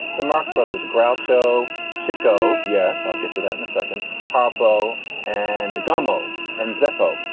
the marx brothers, groucho chicco. yes. i'll get to that in a second. harpo and gummo and zeppo.